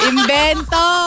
Invento